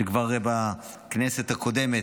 שכבר בכנסת הקודמת,